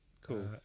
Cool